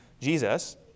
Jesus